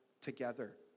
together